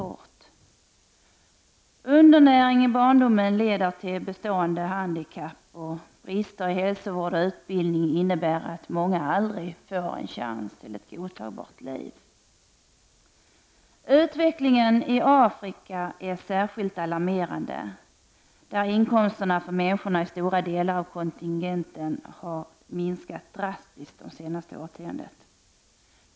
Undernäring i barndomen leder till bestående handikapp. Brister i hälsovård och utbildning innebär att många aldrig får chansen till ett godtagbart liv. Utvecklingen i Afrika är särskilt alarmerande; inkomsterna för människorna i stora delar av kontinenten har minskat drastiskt det senaste årtiondet.